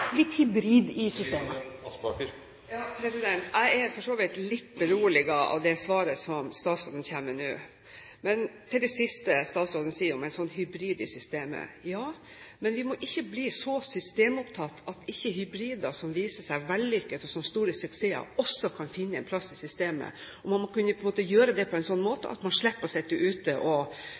i systemet. Jeg er for så vidt litt beroliget av det svaret som statsråden kommer med nå. Men til det siste statsråden sa, om en hybrid i systemet: Vi må ikke bli så systemopptatt at ikke hybrider som viser seg vellykket, og som store suksesser, også kan finne en plass i systemet. Man må kunne gjøre det på en sånn måte at man slipper å sitte ute og